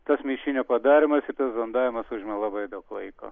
tas mišinio padarymas ir tas zondavimas užima labai daug laiko